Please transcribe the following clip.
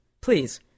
Please